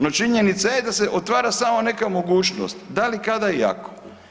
No činjenica je da se otvara samo neka mogućnost, da li, kada i ako.